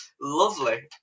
lovely